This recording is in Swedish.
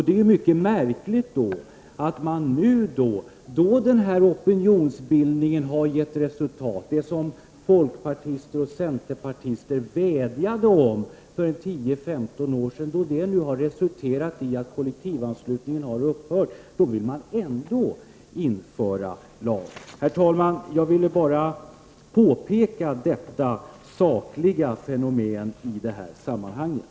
Det är mycket märkligt att man nu när denna opinionsbildning har resulterat i att kollektivanslutningen har upphört -- något som folkpartister och centerpartister vädjade om för 10--15 år sedan -- ändå vill införa en ny lag. Herr talman! Jag ville bara påpeka dessa sakliga fenomen i det här sammanhanget.